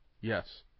Yes